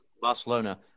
Barcelona